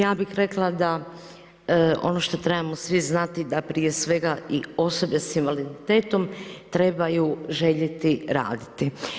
Ja bih rekla da ono što trebamo svi znati da prije svega i osobe s invaliditetom trebaju željeti raditi.